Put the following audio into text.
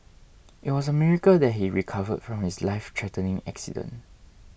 it was a miracle that he recovered from his lifethreatening accident